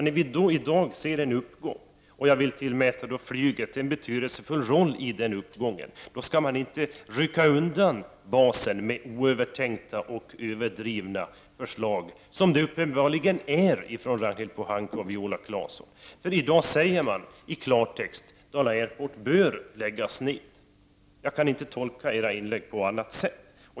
När vi i dag i denna region ser en uppgång — och jag vill tillmäta flyget en betydelsefull roll för denna uppgång — skall man inte rycka undan basen genom att genomföra sådana oövertänkta och överdrivna förslag som Ragnhild Pohanka och Viola Claesson lägger fram. De säger nämligen i dag i klartext att Dala Airport bör läggas ned. Jag kan inte tolka deras inlägg på annat sätt.